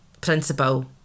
principle